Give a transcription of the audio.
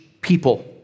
people